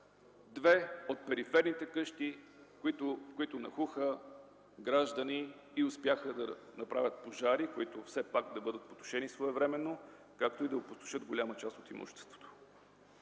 две от периферните къщи, в които нахлуха граждани и успяха да направят пожари, които бяха потушени своевременно, както и да опустошат голяма част от имуществото.